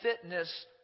fitness